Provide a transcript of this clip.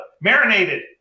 marinated